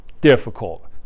difficult